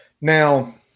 Now –